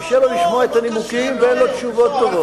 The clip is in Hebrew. קשה לו לשמוע את הנימוקים, ואין לו תשובות טובות.